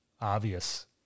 obvious